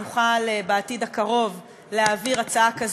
לא יודע, הוא לא נמצא פה כל כך.